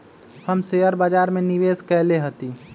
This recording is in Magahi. हम शेयर बाजार में निवेश कएले हती